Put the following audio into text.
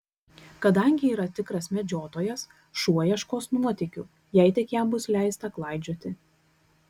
kadangi yra tikras medžiotojas šuo ieškos nuotykių jei tik jam bus leista klaidžioti